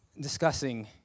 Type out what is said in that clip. discussing